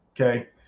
okay